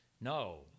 No